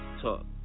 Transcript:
talk